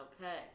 Okay